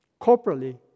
corporately